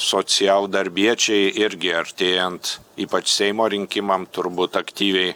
socialdarbiečiai irgi artėjant ypač seimo rinkimam turbūt aktyviai